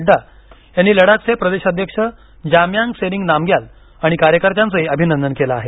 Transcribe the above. नडडा यांनी लडाखचे प्रदेश अध्यक्ष जामयांग सेरिंग नामग्याल आणि कार्यकर्त्यांच अभिनंदन केलं आहे